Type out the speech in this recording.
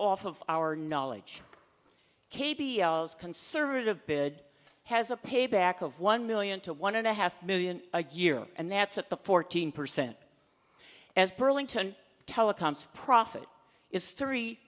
off of our knowledge k p l's conservative bid has a payback of one million to one and a half million a year and that's at the fourteen percent as burlington telecoms profit is three